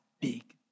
big